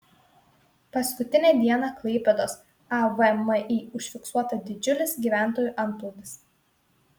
paskutinę dieną klaipėdos avmi užfiksuota didžiulis gyventojų antplūdis